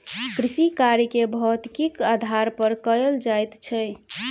कृषिकार्य के भौतिकीक आधार पर कयल जाइत छै